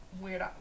weird